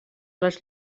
les